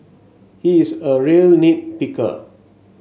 he is a real nit picker